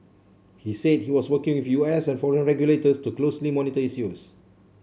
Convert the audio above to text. he said he was working with U S and foreign regulators to closely monitor its use